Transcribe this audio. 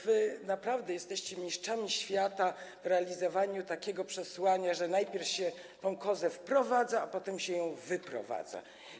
Wy naprawdę jesteście mistrzami świata w realizowaniu takiego przesłania, że najpierw się tę kozę wprowadza, a potem się ją wyprowadza.